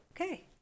Okay